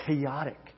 chaotic